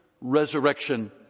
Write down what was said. resurrection